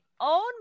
own